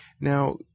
Now